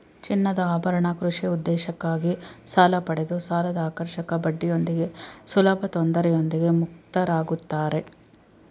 ಚಿನ್ನದಆಭರಣ ಕೃಷಿ ಉದ್ದೇಶಕ್ಕಾಗಿ ಸಾಲಪಡೆದು ಸಾಲದಆಕರ್ಷಕ ಬಡ್ಡಿಯೊಂದಿಗೆ ಸುಲಭತೊಂದರೆಯೊಂದಿಗೆ ಮುಕ್ತರಾಗುತ್ತಾರೆ